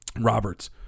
roberts